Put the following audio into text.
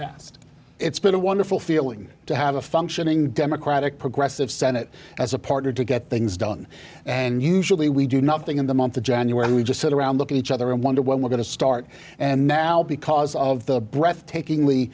passed it's been a wonderful feeling to have a functioning democratic progressive senate as a partner to get things done and usually we do nothing in the month of january we just sit around look at each other and wonder when we're going to start and now because of the breathtaking